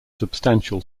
substantial